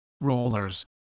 rollers